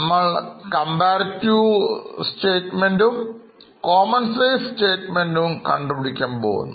നമ്മൾ comparative Statementറ്റും common size statement റ്റുംകണ്ടു പിടിക്കാൻ പോകുന്നു